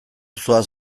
zoaz